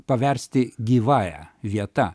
paversti gyvąja vieta